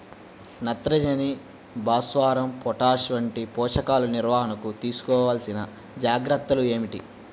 నత్రజని, భాస్వరం, పొటాష్ వంటి పోషకాల నిర్వహణకు తీసుకోవలసిన జాగ్రత్తలు ఏమిటీ?